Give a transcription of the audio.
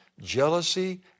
jealousy